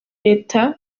leta